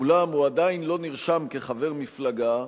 אולם הוא עדיין לא נרשם כחבר מפלגה,